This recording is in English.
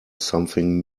something